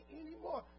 anymore